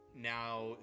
now